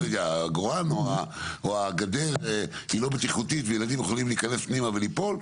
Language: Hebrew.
או הגדר היא לא בטיחותית וילידם יכולים להיכנס פנימה וליפול,